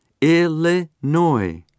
Illinois